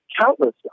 countless